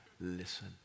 Listen